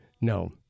No